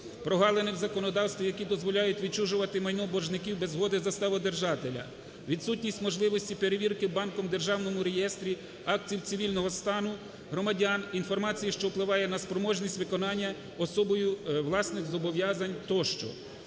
Прогалини в законодавстві, які дозволяють відчужувати майно боржників без згоди заставодержателя. Відсутність можливості перевірки банком в Державному реєстрі актів цивільного стану громадян, інформації, що впливає на спроможність виконання особою власних зобов'язань тощо.